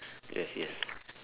yes yes